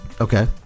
Okay